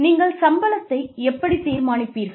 நீங்கள் சம்பளத்தை எப்படி தீர்மானிப்பீர்கள்